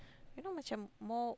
you know macam more